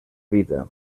vida